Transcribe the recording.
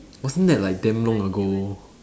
wasn't that like damn long ago